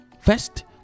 First